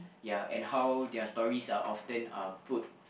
ya and how their stories are often uh put